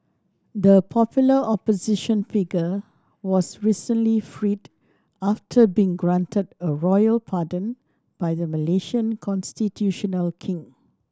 the popular opposition figure was recently freed after being granted a royal pardon by the Malaysian constitutional king